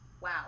wow